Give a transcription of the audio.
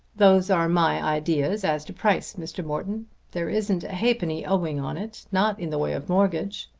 those are my ideas as to price, mr. morton. there isn't a halfpenny owing on it not in the way of mortgage.